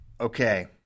Okay